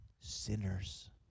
sinners